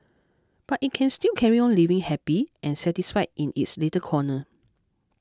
but it can still carry on living happy and satisfied in its little corner